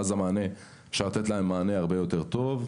ואז אפשר לתת להם מענה הרבה יותר טוב.